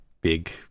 big